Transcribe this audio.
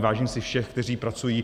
Vážím si všech, kteří pracují.